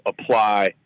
apply